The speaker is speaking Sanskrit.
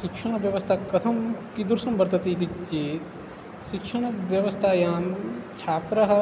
शिक्षणव्यवस्था कथं कीदृशं वर्तते इति चेत् शिक्षणव्यवस्थायां छात्रः